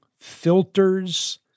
filters